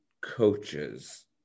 coaches